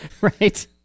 Right